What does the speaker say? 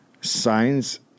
signs